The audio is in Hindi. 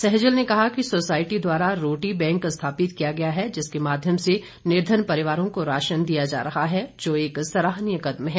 सहजल ने कहा कि सोसाईटी द्वारा रोटी बैंक स्थापित किया गया है जिसके माध्यम से निर्धन परिवारों को राशन दिया जा रहा है जो एक सहरानीय कदम है